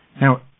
Now